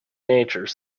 nature